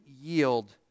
yield